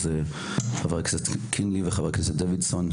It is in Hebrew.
חבר הכנסת קינלי וחבר הכנסת דוידסון,